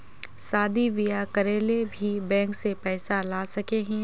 शादी बियाह करे ले भी बैंक से पैसा ला सके हिये?